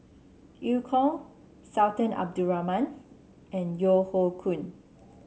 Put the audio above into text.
Eu Kong Sultan Abdul Rahman and Yeo Hoe Koon